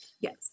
Yes